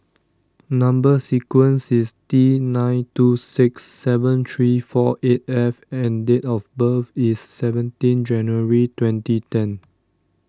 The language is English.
Number Sequence is T nine two six seven three four eight F and date of birth is seventeen January twenty ten